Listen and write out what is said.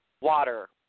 water